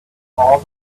all